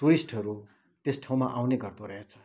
टुरिस्टहरू त्यस ठाउँमा आउने गर्दोरहेछ